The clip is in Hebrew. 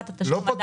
היא לא מתלה.